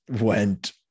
went